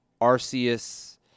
Arceus